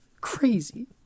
crazy